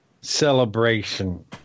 celebration